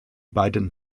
beiden